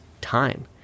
time